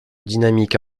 dynamique